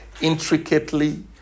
intricately